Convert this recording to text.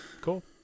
cool